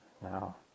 now